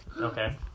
Okay